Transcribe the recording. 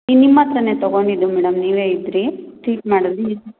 ಈ ನಿಮ್ಮ ಹತ್ರನೇ ತಗೊಂಡಿದ್ದು ಮೇಡಮ್ ನೀವೇ ಇದ್ದಿರಿ ಟ್ರೀಟ್ ಮಾಡದೀ